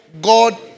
God